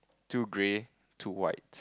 two grey two whites